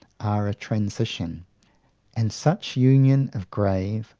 are a transition and such union of grave,